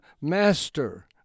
Master